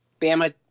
Bama